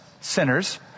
sinners